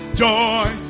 joy